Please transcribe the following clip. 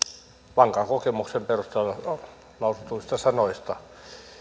vankan kokemuksen perusteella lausutuista sanoista